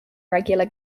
regular